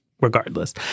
regardless